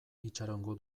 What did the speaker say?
itxarongo